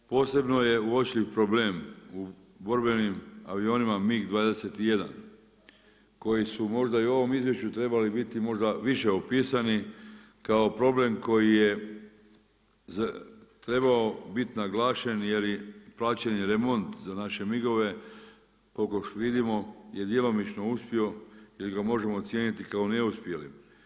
Posebno je uočljiv problem u borbenim avionima MIG-21 koji su možda i u ovom izvješću trebali biti možda više opisani kao problem koji je trebao biti naglašen jer je plaćen remont za naše MIG-ove, koliko vidimo je djelomično uspio ili ga možemo ocijeniti kao neuspjelim.